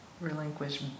relinquish